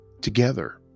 together